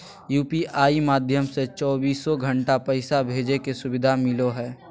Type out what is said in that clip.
UPI माध्यम से चौबीसो घण्टा पैसा भेजे के सुविधा मिलो हय